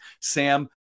Sam